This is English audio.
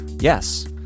Yes